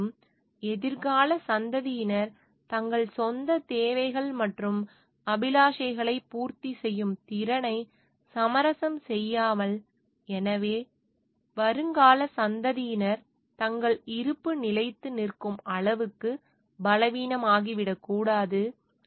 மேலும் எதிர்கால சந்ததியினர் தங்கள் சொந்த தேவைகள் மற்றும் அபிலாஷைகளை பூர்த்தி செய்யும் திறனை சமரசம் செய்யாமல் எனவே வருங்கால சந்ததியினர் தங்கள் இருப்பு நிலைத்து நிற்கும் அளவுக்கு பலவீனமாகி விடக்கூடாது